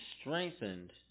strengthened